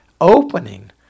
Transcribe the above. opening